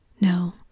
No